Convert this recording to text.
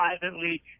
privately